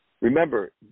remember